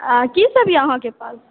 आ की सब यऽ अहाँके पास